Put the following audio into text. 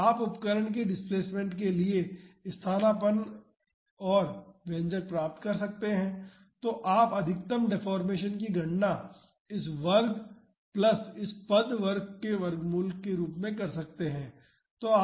तो आप उपकरण के डिस्प्लेसमेंट के लिए स्थानापन्न और व्यंजक प्राप्त कर सकते हैं और आप अधिकतम डेफोर्मेशन की गणना इस वर्ग प्लस इस पद वर्ग के वर्गमूल के रूप में कर सकते हैं